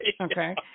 Okay